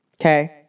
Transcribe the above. okay